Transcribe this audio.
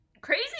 crazy